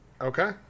Okay